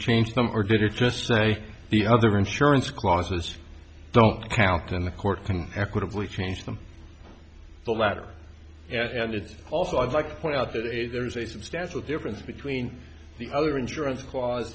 change them or did it just say the other insurance clauses don't count and the court can equitably change them the latter and it's also i'd like to point out that a there's a substantial difference between the other insurance clause